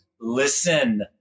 listen